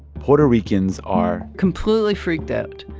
puerto ricans are. completely freaked out.